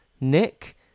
Nick